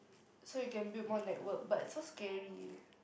so you can build more network but it's so scary eh